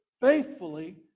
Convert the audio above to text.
faithfully